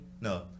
No